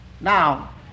Now